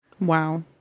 Wow